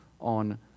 on